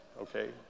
okay